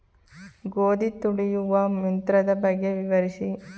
ಗೋಧಿ ತುಳಿಯುವ ಯಂತ್ರದ ಬಗ್ಗೆ ವಿವರಿಸಿ?